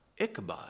Ichabod